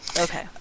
Okay